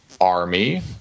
army